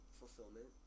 fulfillment